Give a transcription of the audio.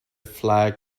flag